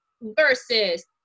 versus